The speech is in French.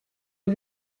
une